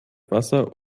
wasser